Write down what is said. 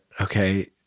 okay